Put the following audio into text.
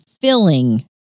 filling